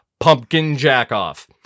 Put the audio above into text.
PumpkinJackOff